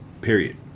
Period